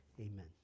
Amen